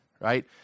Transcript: right